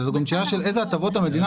זאת גם שאלה של איזה הטבות המדינה